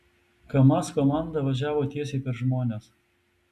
kamaz komanda važiavo tiesiai per žmones